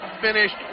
finished